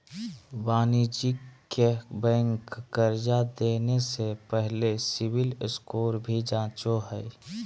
वाणिज्यिक बैंक कर्जा देने से पहले सिविल स्कोर भी जांचो हइ